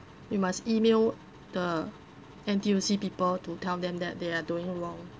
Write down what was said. you must email the N_T_U_C people to tell them that they are doing wrong